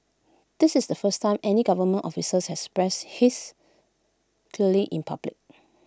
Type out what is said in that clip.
this is the first time any government officers has expressed his clearly in public